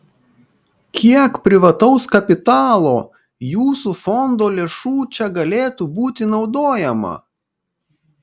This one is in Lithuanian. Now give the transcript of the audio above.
kiek privataus kapitalo jūsų fondo lėšų čia galėtų būti naudojama